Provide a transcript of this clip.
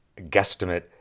guesstimate